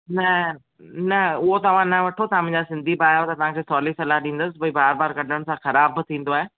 न न उहो तव्हां न वठो तव्हां मुंहिंजा सिंधी भाउ आहियो त तव्हांखे सवली सलाहु ॾींदसि त भई बार बार कढण सां खराब बि थींदो आहे